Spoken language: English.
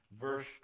verse